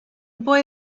boy